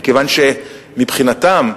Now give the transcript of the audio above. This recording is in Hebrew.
מכיוון שמבחינתם,